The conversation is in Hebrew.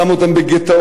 שם אותם בגטאות,